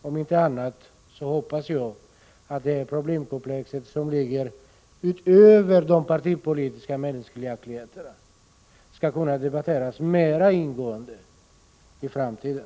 Om inte annat hoppas jag att detta problemkomplex, som ligger utanför de partipolitiska meningsskiljaktigheterna, skall kunna debatteras mer ingående i framtiden.